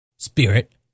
Spirit